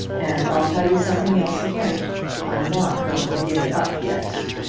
and i'll tell you something else again i'm not going to give it up yet.